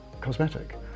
cosmetic